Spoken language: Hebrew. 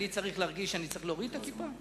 אני צריך להרגיש שאני צריך להוריד את הכיפה?